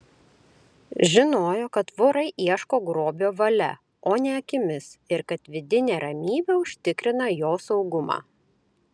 žinojo kad vorai ieško grobio valia o ne akimis ir kad vidinė ramybė užtikrina jo saugumą